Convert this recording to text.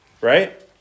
right